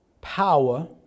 power